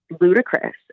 ludicrous